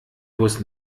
bus